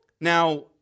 Now